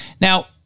Now